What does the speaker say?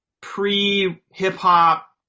pre-hip-hop